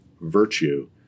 virtue